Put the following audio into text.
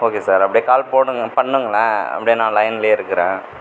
okay sir அப்படியே call போடுங்க பண்ணுங்களேன் அப்படியே நான் லைன்லேயே இருக்கிறேன்